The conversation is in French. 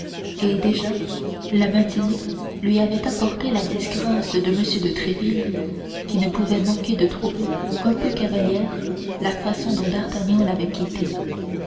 et déjà la matinée lui avait apporté la disgrâce de m de tréville qui ne pouvait manquer de trouver un peu cavalière la façon dont d'artagnan l'avait quitté